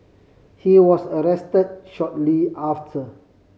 he was arrest shortly after